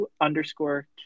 underscore